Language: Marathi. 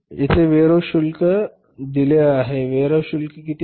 येथे वेअरहाऊस शुल्क इथे दिले आहे वेअरहाऊस शुल्क किती आहे